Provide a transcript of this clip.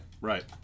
right